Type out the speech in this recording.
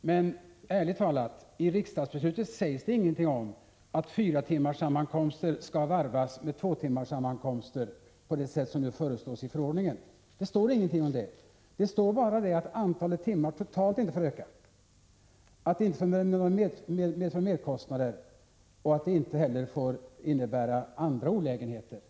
Men ärligt talat sägs det i riksdagsbeslutet ingenting om att fyratimmarssammankomster skall varvas med tvåtimmarssammankomster på det sätt som nu föreslås när det gäller förordningen. Det sägs i riksdagsbeslutet bara att antalet timmar totalt inte får öka, att det inte får bli några merkostnader och inte heller innebära andra olägenheter.